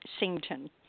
Sington